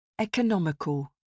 Economical